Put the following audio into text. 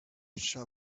shall